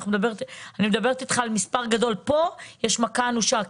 הם ספגו מכה אנושה,